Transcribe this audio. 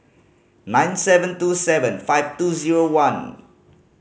nine seven two seven five two zero one